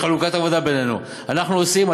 יש חלוקת עבודה בינינו: אנחנו עושים,